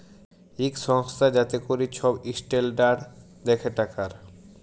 ইক সংস্থা যাতে ক্যরে ছব ইসট্যালডাড় দ্যাখে টাকার